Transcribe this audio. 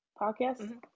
podcast